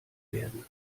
werden